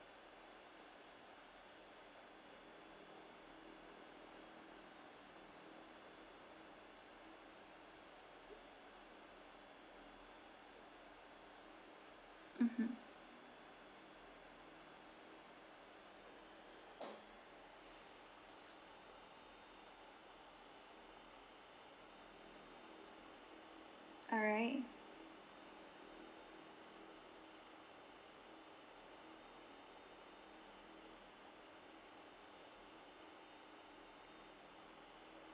mmhmm alright